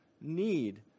need